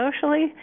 Socially